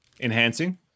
enhancing